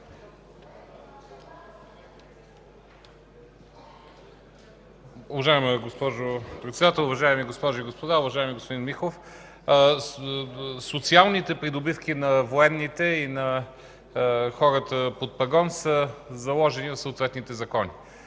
Уважаема госпожо Председател, уважаеми госпожи и господа! Уважаеми господин Михов, социалните придобивки на военните и на хората под пагон са заложени в съответните закони.